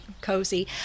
cozy